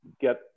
get